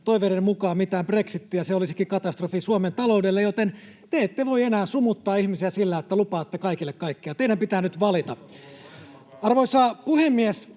toiveidenne mukaan mitään brexitiä — se olisikin katastrofi Suomen taloudelle — joten te ette voi enää sumuttaa ihmisiä sillä, että lupaatte kaikille kaikkea. Teidän pitää nyt valita. [Juha Mäenpää: